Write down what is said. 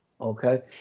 okay